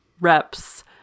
reps